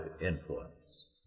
influence